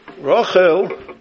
Rachel